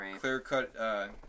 clear-cut